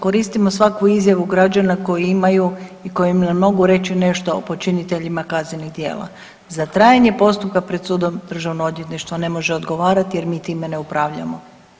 Koristimo svaku izjavu građana koji imaju i koji nam mogu reći nešto o počiniteljima kaznenih djela, za trajanje postupka pred sudom državno odvjetništvo ne može odgovarati jer mi time ne upravljamo.